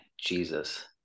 Jesus